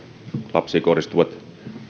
lapsiin kohdistuvat